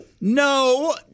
No